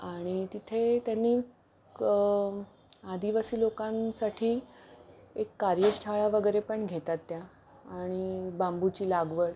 आणि तिथे त्यांनी क आदिवासी लोकांसाठी एक कार्यशाळा वगैरे पण घेतात त्या आणि बांबूची लागवड